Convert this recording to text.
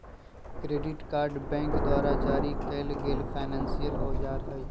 credit card bank द्वारा जारी करल एगो फायनेंसियल औजार हइ